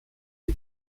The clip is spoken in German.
die